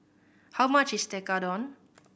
how much is Tekkadon